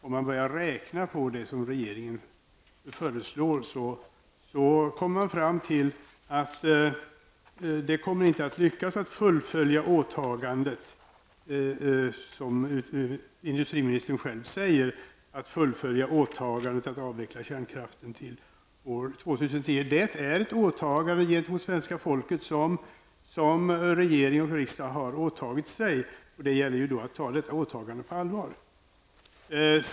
Om man börjar räkna på det som regeringen föreslår, kommer man fram till att det inte kommer att lyckas, som industriministern själv säger, att fullföja åtagandet att avveckla kärnkraften till år 2010. Det är ett åtagande som regering och riksdag har gjort gentemot svenska folket, och det gäller då att ta detta åtagande på allvar.